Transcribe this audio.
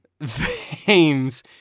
Veins